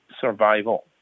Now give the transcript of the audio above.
Survival